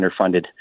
underfunded